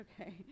okay